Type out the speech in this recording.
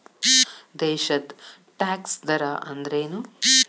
ದೇಶದ್ ಟ್ಯಾಕ್ಸ್ ದರ ಅಂದ್ರೇನು?